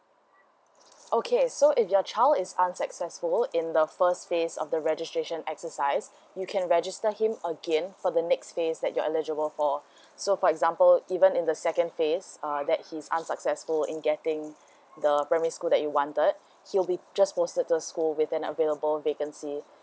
okay so if your child is unsuccessful in the first phase of the registration exercise you can register him again for the next phase that you're eligible for so for example even in the second phase uh that he is unsuccessful in getting the primary school that you wanted he will be just posted to a school with an available vacancy